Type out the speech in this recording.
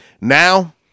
Now